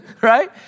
right